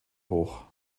hoch